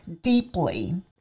deeply